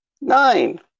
Nine